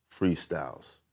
freestyles